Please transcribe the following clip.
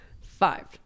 five